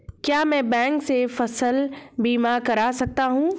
क्या मैं बैंक से फसल बीमा करा सकता हूँ?